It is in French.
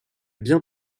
bien